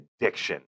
addiction